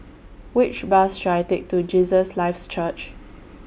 Which Bus should I Take to Jesus Lives Church